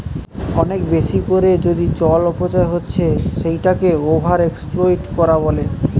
অনেক বেশি কোরে যদি জলের অপচয় হচ্ছে সেটাকে ওভার এক্সপ্লইট কোরা বলে